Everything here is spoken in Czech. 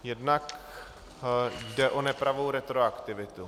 Jednak jde o nepravou retroaktivitu.